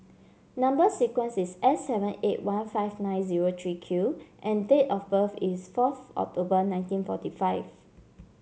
number sequence is S seven eight one five nine zero three Q and date of birth is fourth October nineteen forty five